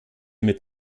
mit